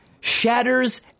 shatters